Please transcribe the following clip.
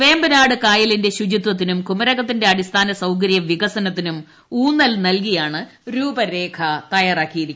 വേമ്പനാട് കായലിന്റെ ശുചിത്വത്തിനും കുമരക ത്തിന്റെ അടിസ്ഥാന സൌകര്യവികസനത്തിനും ഊന്നൽ നൽകിയാണ് രൂപരേഖ തയ്യാറാക്കിയിരിക്കുന്നത്